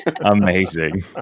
Amazing